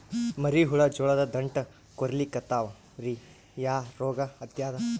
ಮರಿ ಹುಳ ಜೋಳದ ದಂಟ ಕೊರಿಲಿಕತ್ತಾವ ರೀ ಯಾ ರೋಗ ಹತ್ಯಾದ?